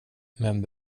men